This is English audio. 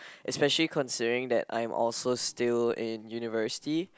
especially considering that I'm also still in university